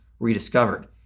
rediscovered